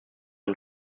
une